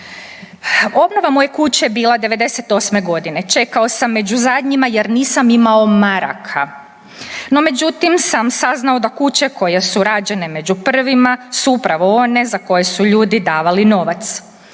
„Obnova moje kuće je bila 98. godine. Čekao sam među zadnjima jer nisam imao maraka. No međutim sam saznao da kuće koje su rađene među prvima su upravo one za koje su ljudi davali novac.